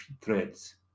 threads